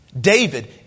David